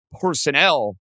personnel